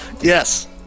yes